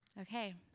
Okay